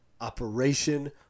operation